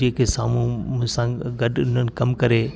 जेके साम्हूं मुंये संग हुननि कमु करे